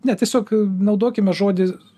ne tiesiog naudokime žodį